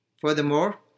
Furthermore